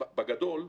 בגדול,